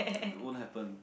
won't happen